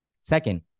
Second